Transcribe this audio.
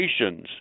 nations